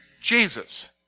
Jesus